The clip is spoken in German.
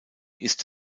ist